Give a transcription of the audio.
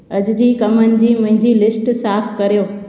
अॼ जी कमनि जी मुंहिंजी लिस्ट साफ़ कयो